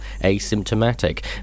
asymptomatic